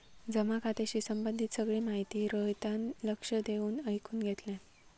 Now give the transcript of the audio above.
जमा खात्याशी संबंधित सगळी माहिती रोहितान लक्ष देऊन ऐकुन घेतल्यान